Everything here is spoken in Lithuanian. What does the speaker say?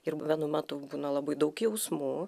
irb vienu metu būna labai daug jausmų